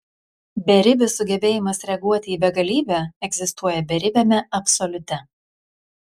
beribis sugebėjimas reaguoti į begalybę egzistuoja beribiame absoliute